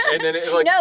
No